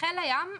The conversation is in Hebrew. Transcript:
חיל הים,